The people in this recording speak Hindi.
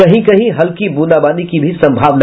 कहीं कहीं हल्की ब्रंदाबांदी की भी संभावना